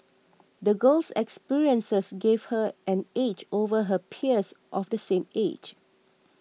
the girl's experiences gave her an edge over her peers of the same age